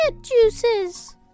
juices